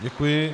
Děkuji.